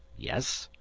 yes?